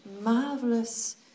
marvelous